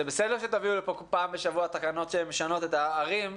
זה בסדר שתביאו לכאן פעם בשבוע תקנות שמשנות את סיווג הערים,